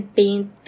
paint